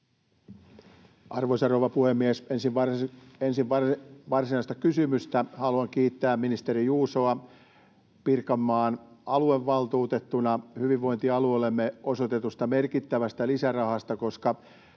Arvoisa rouva puhemies! Ensin varsinaista kysymystä haluan kiittää ministeri Juusoa Pirkanmaan aluevaltuutettuna hyvinvointialueellemme osoitetusta merkittävästä lisärahasta, koska